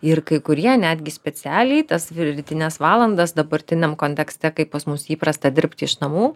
ir kai kurie netgi specialiai tas rytines valandas dabartiniam kontekste kaip pas mus įprasta dirbti iš namų